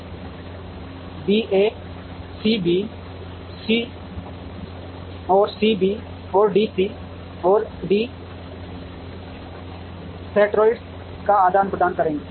और बीए और सीबी और सीबी और डीसी और डी सेंट्रोइड का आदान प्रदान करके